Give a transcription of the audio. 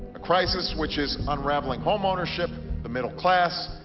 a crisis which is unraveling homeownership, the middle class,